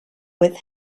with